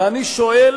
ואני שואל,